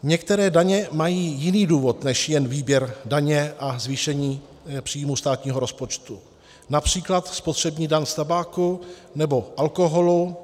Některé daně mají jiný důvod než jen výběr daně a zvýšení příjmů státního rozpočtu, např. spotřební daň z tabáku nebo alkoholu.